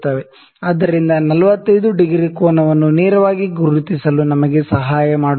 ಆದ್ದರಿಂದ 45 ಡಿಗ್ರಿ ಕೋನವನ್ನು ನೇರವಾಗಿ ಗುರುತಿಸಲು ನಮಗೆ ಸಹಾಯ ಮಾಡುತ್ತದೆ